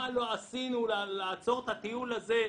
מה לא עשינו כדי לעצור את הטיול הזה,